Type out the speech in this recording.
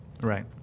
right